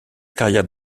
carrière